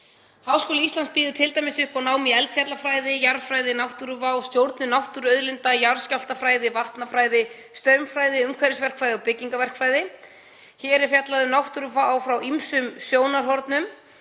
Háskóli Íslands býður t.d. upp á nám í eldfjallafræði, jarðfræði, náttúruvá, stjórnun náttúruauðlinda, jarðskjálftafræði, vatnafræði, straumfræði, umhverfisverkfræði og byggingarverkfræði. Hér er fjallað um náttúruvá frá ýmsum sjónarhornum.